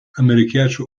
amerikiečių